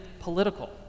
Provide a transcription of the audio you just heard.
political